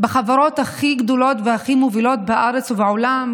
בחברות הכי גדולות והכי מובילות בארץ ובעולם,